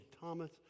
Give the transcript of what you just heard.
Thomas